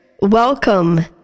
welcome